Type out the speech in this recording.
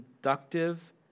inductive